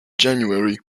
january